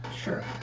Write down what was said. Sure